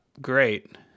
great